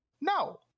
no